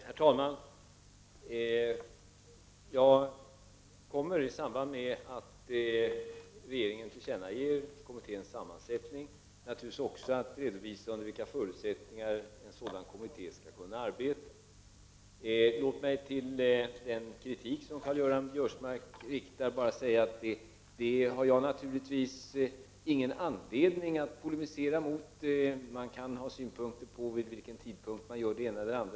Herr talman! Jag kommer i samband med att regeringen tillkännager kommitténs sammansättning naturligtvis också att redovisa under vilka förutsättningar en sådan kommitté skall kunna arbeta. Låt mig med anledning av den kritik som Karl-Göran Biörsmark för fram bara säga att jag inte har någon anledning att polemisera mot den. Man kan ha olika uppfattning om vid vilken tidpunkt det ena eller det andra skall göras.